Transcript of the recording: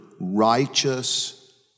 righteous